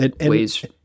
ways